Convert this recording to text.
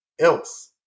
else